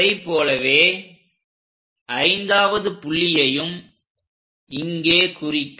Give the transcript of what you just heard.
அதேபோலவே ஐந்தாவது புள்ளியையும் இங்கே குறிக்க